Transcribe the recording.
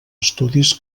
estudis